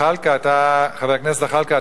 חבר הכנסת זחאלקה,